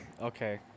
Okay